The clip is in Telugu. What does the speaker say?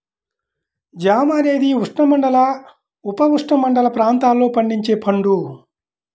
జామ అనేది ఉష్ణమండల, ఉపఉష్ణమండల ప్రాంతాలలో పండించే పండు